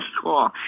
school